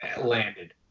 landed